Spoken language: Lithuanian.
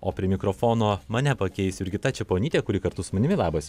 o prie mikrofono mane pakeis jurgita čeponytė kuri kartu su manimi labas